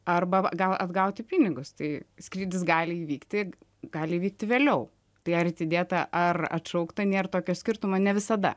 arba gal atgauti pinigus tai skrydis gali įvykti gali įvykti vėliau tai ar atidėta ar atšaukta nėra tokio skirtumo ne visada